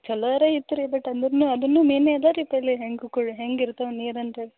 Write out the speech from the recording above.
ಚಲೋರೇ ಇತ್ತು ರೀ ಬಟ್ ಅಂದರೂನು ಅದನ್ನು ಮೇನೆ ಅದ ರೀ ಪೇರಳೆ ಹೆಂಗೆ ಕುಳೆ ಹೆಂಗೆ ಇರ್ತವೆ ನೀರು ಅಂಥೇಳಿ